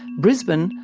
brisbane,